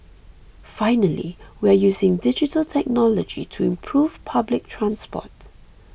finally we are using digital technology to improve public transport